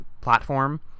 platform